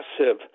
massive